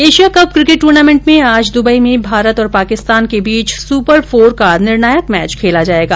Asia cup cricket tournament में आज Dubai में भारत और पाकिस्तान के बीच सुपर फोर का निर्णायक मैच खेला जायेगा